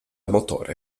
motore